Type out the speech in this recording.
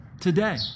today